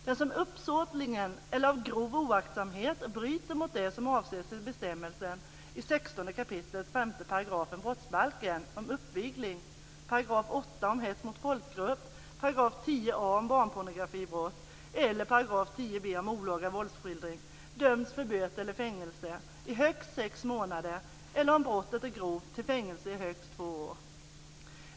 Den som uppsåtligen eller av grov oaktsamhet bryter mot det som avses i bestämmelsen i 16 kap. 5 § brottsbalken om uppvigling, 8 § om hets mot folkgrupp, 10 a § om barnpornografibrott eller 10 b § om olaga våldsskildring döms till böter eller fängelse i högst sex månader eller, om brottet är grovt, till fängelse i högst två år.